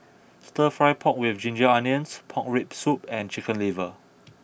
Stir Fry Pork with Ginger Onions Pork Rib Soup and Chicken Liver